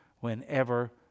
Whenever